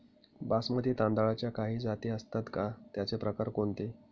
बासमती तांदळाच्या काही जाती असतात का, त्याचे प्रकार कोणते?